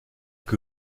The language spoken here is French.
que